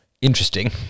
interesting